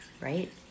Right